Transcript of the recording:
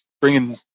bringing